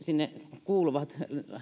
sinne kuuluvat